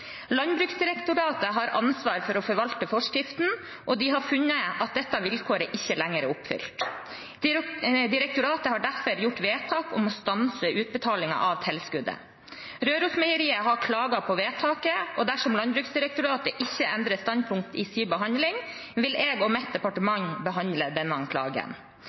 Landbruksdirektoratet har ansvaret for å forvalte forskriften, og de har funnet at dette vilkåret ikke lenger er oppfylt. Direktoratet har derfor gjort vedtak om å stanse utbetalingen av tilskuddet. Rørosmeieriet har klaget på vedtaket, og dersom Landbruksdirektoratet ikke endrer standpunkt i sin behandling, vil jeg og mitt departement behandle denne klagen.